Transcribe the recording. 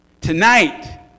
Tonight